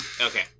okay